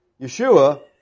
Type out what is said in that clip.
Yeshua